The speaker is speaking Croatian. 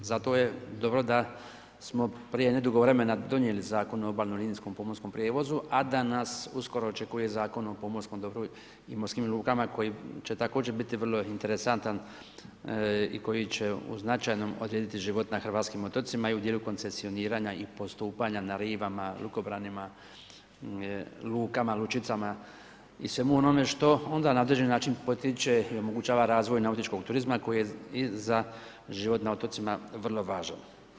Zato je dobro da smo prije nedugo vremena donijeli Zakon o obalno linijskom pomorskom prijevozu, a da nas uskoro očekuje Zakon o pomorskom dobru i morskim lukama koji će također biti vrlo interesantan i koji će u značajnom odrediti život na hrvatskim otocima i u dijelu koncesioniranja i postupanja na rivama, lukobranima, lukama, lučicama i svemu onome što onda na određeni način potiče i omogućava razvoj nautičkog turizma koji je i za život na otocima vrlo važan.